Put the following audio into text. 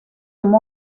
amb